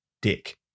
Dick